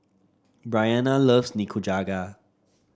Bryana loves Nikujaga